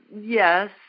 Yes